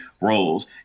roles